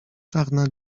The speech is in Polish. czarna